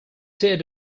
did